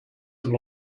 have